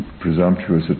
presumptuous